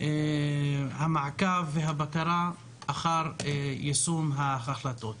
המעקב והבקרה אחר יישום ההחלטות.